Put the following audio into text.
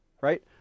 right